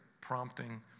prompting